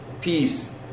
Peace